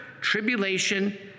tribulation